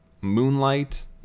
Moonlight